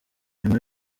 nyuma